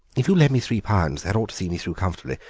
if you'll lend me three pounds that ought to see me through comfortably.